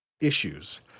issues